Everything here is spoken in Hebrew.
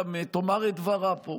תאמר את דברה פה,